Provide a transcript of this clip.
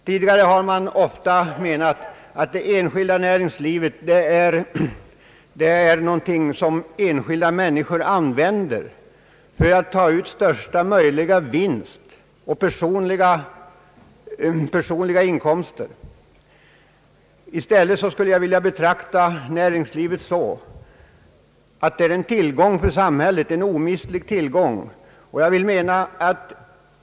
Tidigare har man ofta menat att det enskilda näringslivet är någonting som enskilda människor utnyttjar för att ta ut största möjliga vinst och personliga inkomster. Jag skulle i stället vilja betrakta näringslivet som en omistlig tillgång för samhället.